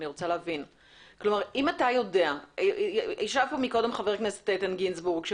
אמר חבר הכנסת איתן גינסבורג,